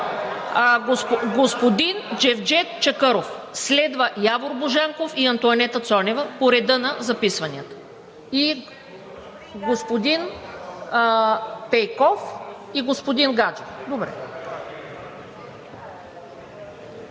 Господин Джевдет Чакъров. Следват Явор Божанков и Антоанета Цонева – по реда на записванията. И господин Пейков, и господин Гаджев. Добре.